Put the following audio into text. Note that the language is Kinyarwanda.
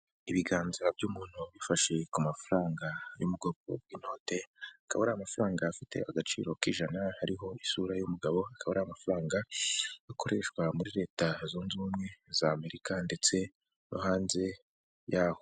Ibiganza by'umuntu ufashe ku mafaranga yo mu bwoko bw'inode, akaba ari amafaranga afite agaciro k'ijana, hariho isura y'umugabokaba ari amafaranga akoreshwa muri leta zunze ubumwe za Amerika ndetse no hanze yaho.